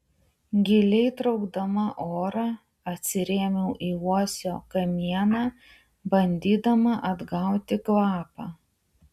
giliai traukdama orą atsirėmiau į uosio kamieną bandydama atgauti kvapą